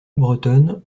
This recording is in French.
bretonne